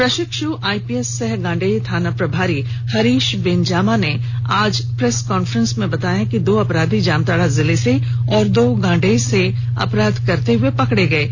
प्रशिक्ष् आइपीएस सह गांडेय थाना प्रभारी हरीश बीन जामा ने आज प्रेस कांफ्रेंस में बताया कि दो अपराधी जामताड़ा जिला से और दो गांडेय से अपराध करते हुए पकड़े गए हैं